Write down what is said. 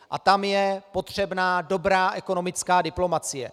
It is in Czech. A tam je potřebná dobrá ekonomická diplomacie.